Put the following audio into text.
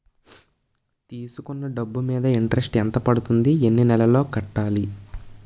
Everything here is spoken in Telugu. తీసుకున్న డబ్బు మీద ఇంట్రెస్ట్ ఎంత పడుతుంది? ఎన్ని నెలలో కట్టాలి?